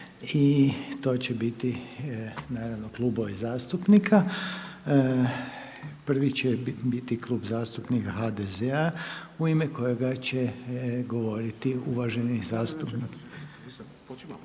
i to će biti naravno klubovi zastupnika. Prvi će biti klub zastupnika HDZ-a u ime kojega će govoriti uvaženi zastupnik.